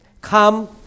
Come